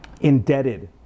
indebted